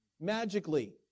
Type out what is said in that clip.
magically